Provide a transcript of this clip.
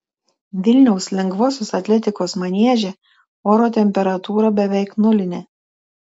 vilniaus lengvosios atletikos manieže oro temperatūra beveik nulinė